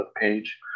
page